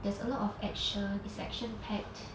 there's a lot of action is action packed